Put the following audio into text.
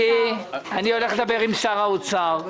אני הולך לדבר עם שר האוצר.